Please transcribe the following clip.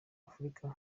afurika